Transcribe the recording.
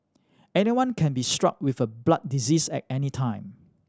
anyone can be struck with a blood disease at any time